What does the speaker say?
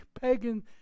pagan